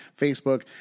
Facebook